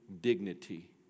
Dignity